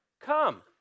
come